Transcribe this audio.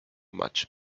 much